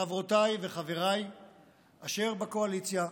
חברותיי וחבריי אשר בקואליציה,